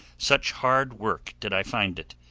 such hard work did i find it.